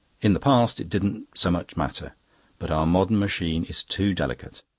in the past it didn't so much matter but our modern machine is too delicate.